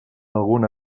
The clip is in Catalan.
alguna